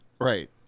Right